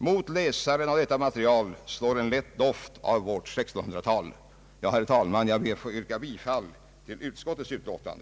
Mot läsaren av detta material slår en lätt doft av vårt 1600-tal. Jag ber, herr talman, att få yrka bifall till utskottets utlåtande.